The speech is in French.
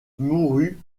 mourut